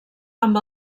amb